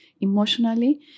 emotionally